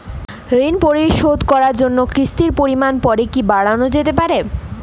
ঋন পরিশোধ করার জন্য কিসতির পরিমান পরে কি বারানো যেতে পারে?